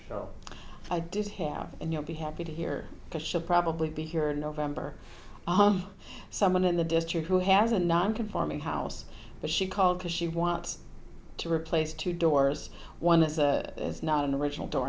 well i did have and you'll be happy to hear the she'll probably be here in november someone in the district who has a non conforming house but she called because she wants to replace two doors one is a is not in the original door